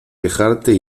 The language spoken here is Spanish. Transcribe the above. quejarte